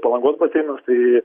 palangos baseinas tai